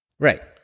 Right